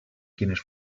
quienes